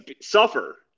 suffer